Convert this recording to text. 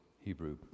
Hebrew